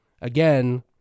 Again